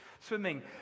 swimming